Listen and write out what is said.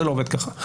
זה לא עובד ככה.